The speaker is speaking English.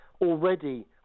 already